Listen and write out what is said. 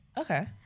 Okay